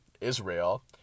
Israel